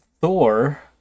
Thor